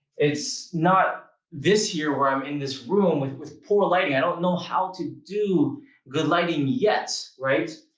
it's not this year, where i'm in this room with with poor lighting. i don't know how to do good lighting yet, right?